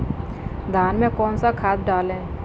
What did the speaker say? धान में कौन सा खाद डालें?